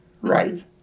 right